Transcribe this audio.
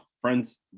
friends